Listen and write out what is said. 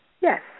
Yes